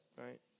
right